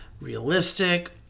realistic